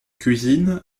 cuisine